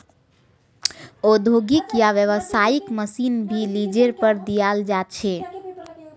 औद्योगिक या व्यावसायिक मशीन भी लीजेर पर दियाल जा छे